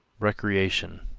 recreation,